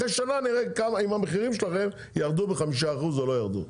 אחרי שנה נראה אם המחירים שלכם ירדו ב-5% או לא ירדו.